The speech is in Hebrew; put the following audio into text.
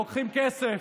לוקחים כסף,